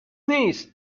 نیست